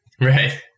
Right